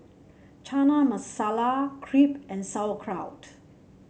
Chana Masala Crepe and Sauerkraut